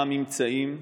מה הממצאים?